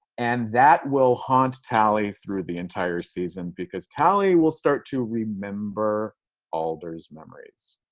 and that will haunt tally through the entire season. because tally will start to remember alder's memories.